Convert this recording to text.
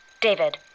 David